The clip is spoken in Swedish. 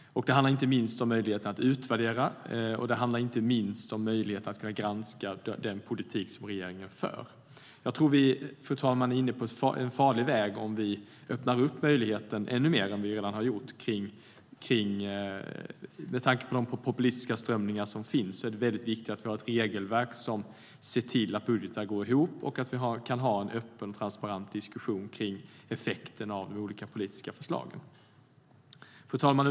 Det handlar inte minst om möjligheten att utvärdera och granska den politik som regeringen för. Jag tror att vi är inne på en farlig väg om vi öppnar upp möjligheten ännu mer än vad vi redan har gjort. Med tanke på de populistiska strömningar som finns är det väldigt viktigt att vi har ett regelverk som ser till att budgetar går ihop och att vi kan ha en öppen och transparent diskussion om effekterna av olika politiska förslag. Fru talman!